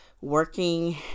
working